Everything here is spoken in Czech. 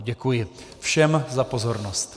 Děkuji všem za pozornost.